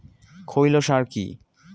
খৈল সার কি?